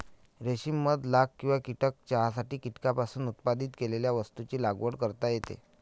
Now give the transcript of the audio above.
रेशीम मध लाख किंवा कीटक चहासाठी कीटकांपासून उत्पादित केलेल्या वस्तूंची लागवड करता येते